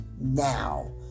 now